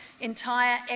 Entire